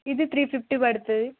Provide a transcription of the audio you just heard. ఇది three fifty పడుతుంది